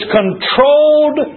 controlled